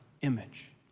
image